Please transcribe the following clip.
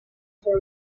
for